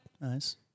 Nice